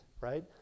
right